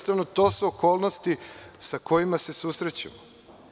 To su okolnosti sa kojima se susrećemo.